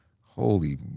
Holy